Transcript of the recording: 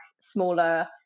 smaller